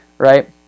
right